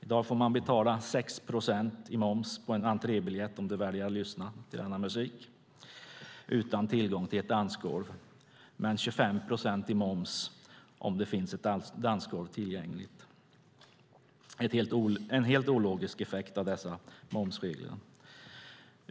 I dag får du betala 6 procent i moms på en entrébiljett om du väljer att lyssna på musiken utan tillgång till ett dansgolv, men 25 procent i moms om det finns ett dansgolv tillgängligt. Det är en helt ologisk effekt av dessa momsregler.